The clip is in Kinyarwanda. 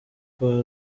kwa